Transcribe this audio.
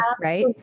right